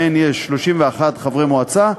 שבהן יש 31 חברי מועצה,